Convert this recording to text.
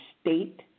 state